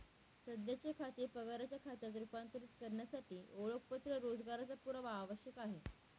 सध्याचे खाते पगाराच्या खात्यात रूपांतरित करण्यासाठी ओळखपत्र रोजगाराचा पुरावा आवश्यक आहे